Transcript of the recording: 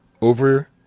over